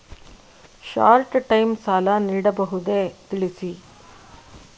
Short time ಸಾಲ ನೀಡಬಹುದೇ ತಿಳಿಸಿ?